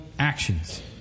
actions